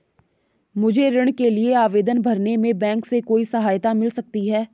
मुझे ऋण के लिए आवेदन भरने में बैंक से कोई सहायता मिल सकती है?